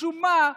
משום מה,